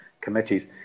committees